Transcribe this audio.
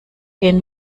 gehen